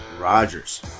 Rodgers